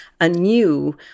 anew